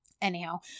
anyhow